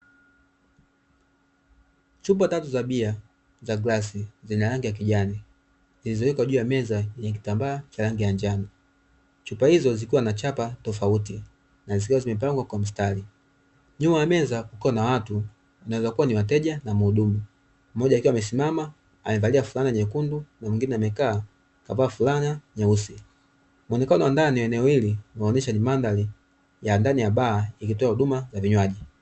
Chupa tatu za bia za glasi zenye rangi ya kijani, zilizowekwa juu ya meza yenye kitambaa cha rangi ya njano, chupa hizo zikiwa na chapa tofauti, na zikiwa zimepangwa kwa mistari, nyuma ya meza kukiwa na watu wanweza kuwa ni wateja na muhudumu mmoja akiwa amesimama ameavalia fulana nyekundu na mwingine amekaa kavaa fulana nyeusi, muonekano wa ndani wa eneo hili inaonyesha ni mandhari ya ndani ya baa ikitoa huduma ya vinyaji.